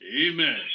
Amen